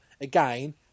again